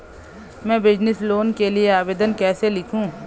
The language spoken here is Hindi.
मैं बिज़नेस लोन के लिए आवेदन कैसे लिखूँ?